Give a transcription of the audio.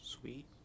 sweet